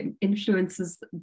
influences